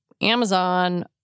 Amazon